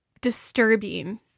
disturbing